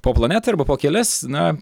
po planetą arba po kelias na